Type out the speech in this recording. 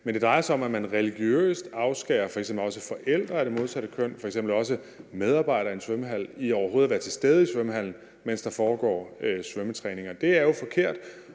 Men det drejer sig om, at man religiøst afskærer f.eks. også forældre af det modsatte køn og medarbejdere i en svømmehal fra overhovedet at være til stede i svømmehallen, mens der foregår svømmetræning. Det er jo forkert,